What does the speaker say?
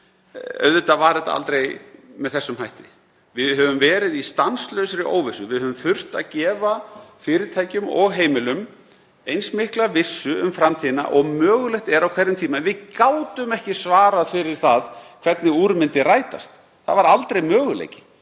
hlutirnir aldrei með þessum hætti. Við höfum verið í stanslausri óvissu. Við höfum þurft að gefa fyrirtækjum og heimilum eins mikla vissu um framtíðina og mögulegt er á hverjum tíma. En við gátum ekki svarað fyrir það hvernig úr myndi rætast. Það var aldrei möguleiki.